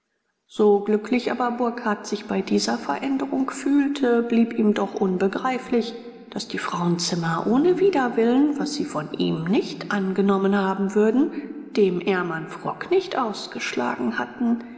so glücklich aber burkhardt sich bei dieser veränderung fühlte blieb ihm doch unbegreiflich daß die frauenzimmer ohne widerwillen was sie von ihm nicht angenommen haben würden dem ärmern frock nicht ausgeschlagen hatten